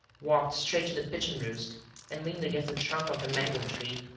walked straight to the pigeon-roost and leaned against the trunk of the mango-tree.